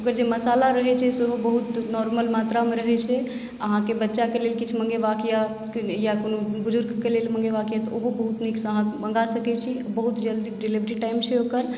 ओकर जे मशाला रहे छै सेहो बहुत नॉर्मल मात्रामे रहै छै अहाँके बच्चाके लेल किछु मङ्गेबा कय या कोनो बुजुर्गके लेल मंगेबाके अहि तऽ ओहो बहुत नीकसँ अहाँ मङ्गा सकैत छी बहुत जल्दी डिलिवरी टाइम छै ओकर